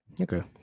Okay